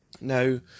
Now